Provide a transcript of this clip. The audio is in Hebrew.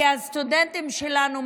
כי הסטודנטים שלנו,